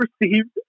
received